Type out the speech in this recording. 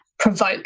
provoke